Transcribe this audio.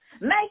make